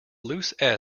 loose